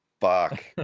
Fuck